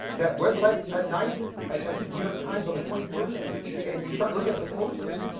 that website that night at at the new york times on the twenty first and you start looking at the posts.